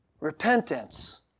repentance